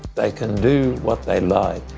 they can do what they like,